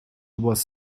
was